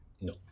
No